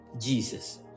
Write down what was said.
Jesus